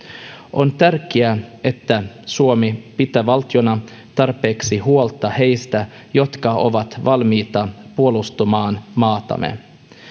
on tärkeää että suomi pitää valtiona tarpeeksi huolta heistä jotka ovat valmiita puolustamaan maatamme